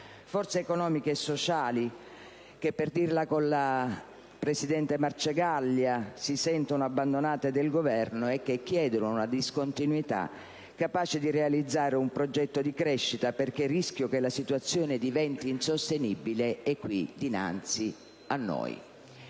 forze economiche e sociali che, per dirla con la presidente Marcegaglia, si sentono abbandonate dal Governo e chiedono una discontinuità capace di realizzare un progetto di crescita, perché il rischio che la situazione diventi insostenibile è qui dinanzi a noi.